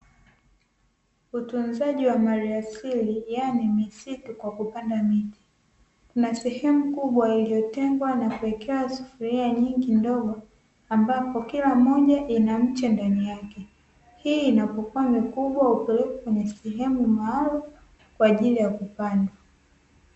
Utunzaji wa mali asili yaani misitu kwa kupanda miti, kuna sehemu kubwa iliyotengwa na kuwekewa sufuria nyingi ndogo ambapo kila moja ina mche ndani yake. Hii inapokua mikubwa hupelekwe kwenye sehemu maalumu kwa ajili ya kupanda.